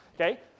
Okay